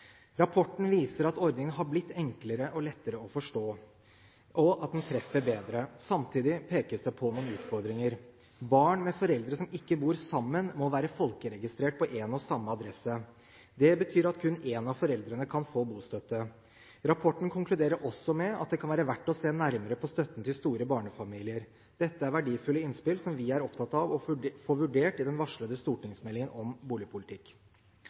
Rapporten viser at ordningen har blitt enklere og lettere å forstå, og at den treffer bedre. Samtidig pekes det på noen utfordringer. Barn med foreldre som ikke bor sammen, må være folkeregistrert på én og samme adresse. Det betyr at kun en av foreldrene kan få bostøtte. Rapporten konkluderer også med at det kan være verdt å se nærmere på støtten til store barnefamilier. Dette er verdifulle innspill som vi er opptatt av å få vurdert i den varslede stortingsmeldingen om boligpolitikk.